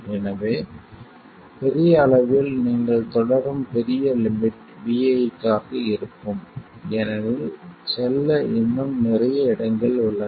எனவே பெரிய அளவில் நீங்கள் தொடங்கும் பெரிய லிமிட் vi க்காக இருக்கும் ஏனெனில் செல்ல இன்னும் நிறைய இடங்கள் உள்ளன